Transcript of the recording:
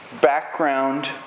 background